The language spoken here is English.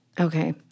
Okay